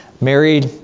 married